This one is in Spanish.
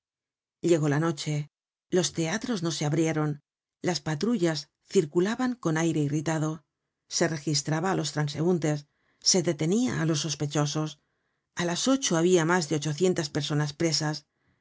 llegó la noche los teatros no se abrieron las patrullas circulaban con aire irritado se registraba á los transeuntes se detenia á los sospechosos a las ocho habia mas de ochocientas personas presas